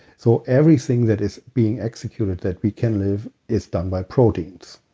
so, everything that is being executed that we can live, is done by proteins,